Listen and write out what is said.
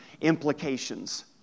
implications